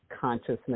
consciousness